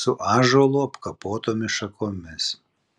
su ąžuolu apkapotomis šakomis